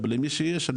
אבל למי שיש,